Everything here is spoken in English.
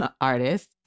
artist